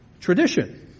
tradition